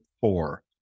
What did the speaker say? four